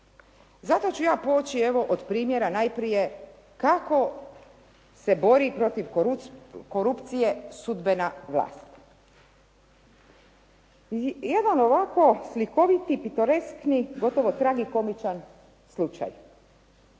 Zato ću ja poći evo od primjera najprije kako se bori protiv korupcije sudbena vlast. I evo vam slikoviti pitoreskni gotovo tragikomičan slučaj.